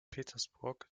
petersburg